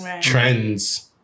trends